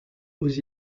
aux